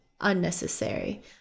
unnecessary